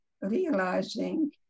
realizing